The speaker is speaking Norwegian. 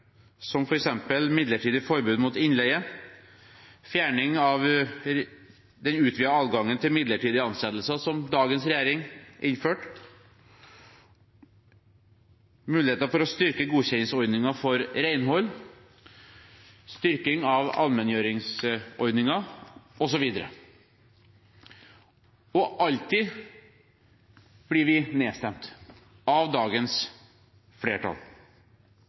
forslag om midlertidig forbud mot innleie, fjerning av den utvidede adgangen til midlertidige ansettelser, som dagens regjering innførte, muligheter for å styrke godkjenningsordningen for renhold, styrking av allmenngjøringsordningen, osv. Alltid blir vi nedstemt av dagens flertall.